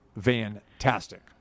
Fantastic